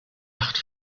acht